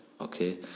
okay